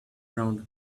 ground